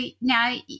now